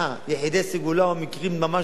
אולי יחידי סגולה או מקרים ממש דרמטיים.